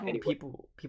people